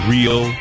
Real